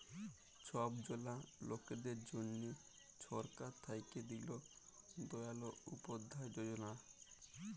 ছব জলা লকদের জ্যনহে সরকার থ্যাইকে দিল দয়াল উপাধ্যায় যজলা